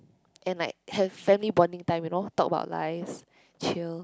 and like have family bonding time you know talk about lives chill